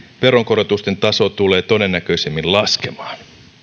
veronkorotusten taso tulee todennäköisimmin laskemaan